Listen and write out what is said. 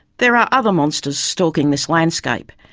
there are other monsters stalking this landscape,